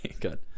Good